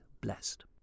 blessed